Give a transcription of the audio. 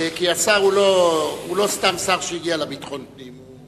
כי השר הוא לא סתם שר שהגיע לביטחון פנים.